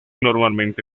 normalmente